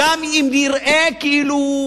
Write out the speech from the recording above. גם אם נראה כאילו הוא